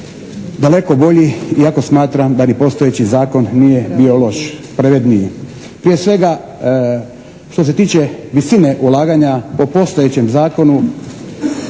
daleko bolji iako smatram da ni postojeći zakon nije bio loš, pravedniji. Prije svega, što se tiče visine ulaganja po postojećem zakonu